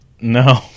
no